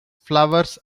flowers